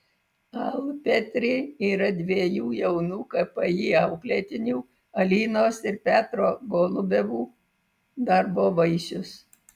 alpetri yra dviejų jaunų kpi auklėtinių alinos ir petro golubevų darbo vaisius